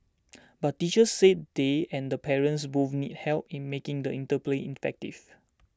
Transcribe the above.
but teachers say they and the parents both need help in making the interplay effective